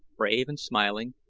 brave and smiling,